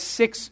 six